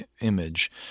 Image